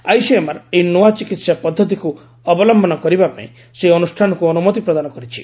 ICMR ଏହି ନୂଆ ଚିକିତ୍ସା ପଦ୍ଧତିକୁ ଅବଲ୍ୟନ କରିବା ପାଇଁ ସେହି ଅନୁଷ୍ଠାନକୁ ଅନୁମତି ପ୍ରଦାନ କରିଛି